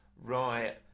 Right